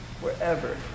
wherever